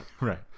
Right